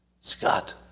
Scott